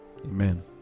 amen